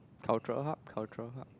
cultural hub cultural hub